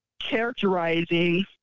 characterizing